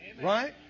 Right